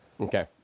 Okay